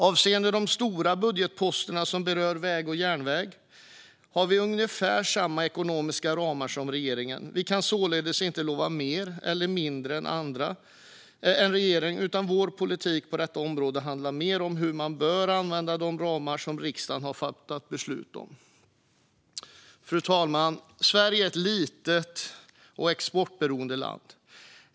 Avseende de stora budgetposterna som berör väg och järnväg har vi ungefär samma ekonomiska ramar som regeringen. Vi kan således inte lova mer eller mindre än regeringen, utan vår politik på detta område handlar mer om hur man bör använda de ramar som riksdagen har fattat beslut om. Fru talman! Sverige är ett litet och exportberoende land.